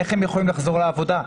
איך הם יכולים לחזור לעבודה?